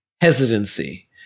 hesitancy